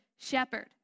shepherd